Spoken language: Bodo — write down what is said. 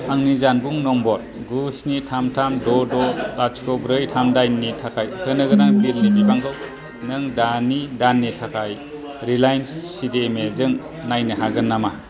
आंनि जानबुं नम्बर गु स्नि थाम थाम द' द' लाथिख' ब्रै थाम दाइननि थाखाय होनो गोनां बिलनि बिबांखौ नों दानि दाननि थाखाय Reliance C D M A जों नायनो हागोन नामा